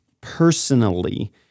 personally